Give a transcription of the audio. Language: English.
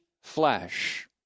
Flesh